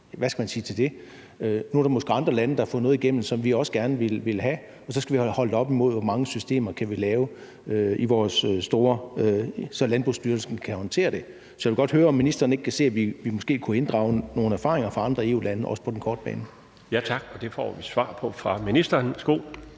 Hvad skal man sige til det? Nu er der måske andre lande, der har fået noget igennem, som vi også gerne ville have, og så skal vi holde det op mod, hvor mange systemer vi kan lave, så Landbrugsstyrelsen kan håndtere det. Så jeg vil godt høre, om ministeren ikke kan se, at vi måske kunne inddrage nogle erfaringer fra andre EU-lande, også på den korte bane. Kl. 15:40 Den fg. formand (Bjarne Laustsen):